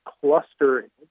clustering